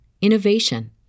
innovation